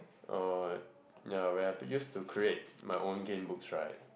uh ya when I used to create my own game books right